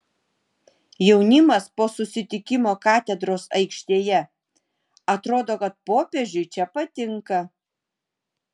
jaunimas po susitikimo katedros aikštėje atrodo kad popiežiui čia patinka